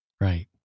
Right